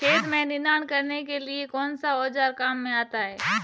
खेत में निनाण करने के लिए कौनसा औज़ार काम में आता है?